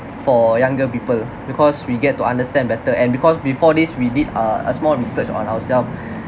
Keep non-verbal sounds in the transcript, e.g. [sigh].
for younger people because we get to understand better and because before this we did a a small research on ourself [breath]